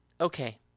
Okay